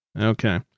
Okay